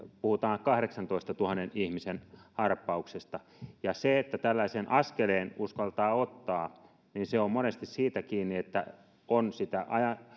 puhutaan kahdeksantoistatuhannen ihmisen harppauksesta ja se että tällaisen askeleen uskaltaa ottaa on monesti siitä kiinni että on sitä